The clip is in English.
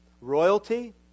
Royalty